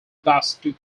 basque